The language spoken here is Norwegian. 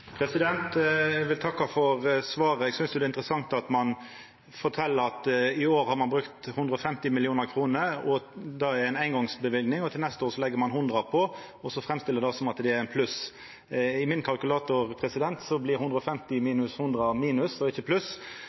Eg vil takka for svaret. Eg synest det er interessant at ein fortel at ein i år har brukt 150 mill. kr, og at det er ei eingongsløyving og til neste år legg ein på 100 mill. kr og framstiller det som eit pluss. I min kalkulator blir 150 minus 100 minus og ikkje pluss.